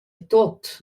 tuot